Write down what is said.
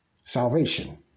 salvation